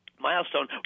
Milestone